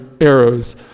arrows